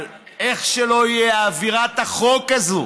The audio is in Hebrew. אבל איך שלא יהיה, אווירת החוק הזאת